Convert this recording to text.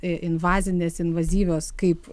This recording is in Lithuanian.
invazinės invazyvios kaip